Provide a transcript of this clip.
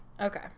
Okay